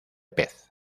pez